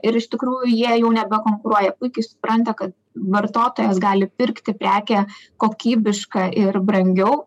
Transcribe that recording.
ir iš tikrųjų jie jau nebekonkuruoja puikiai jie supranta kad vartotojas gali pirkti prekę kokybišką ir brangiau